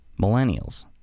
millennials